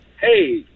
Hey